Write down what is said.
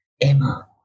Emma